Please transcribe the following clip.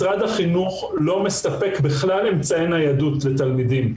משרד החינוך לא מספק בכלל אמצעי ניידות לתלמידים.